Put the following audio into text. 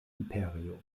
imperio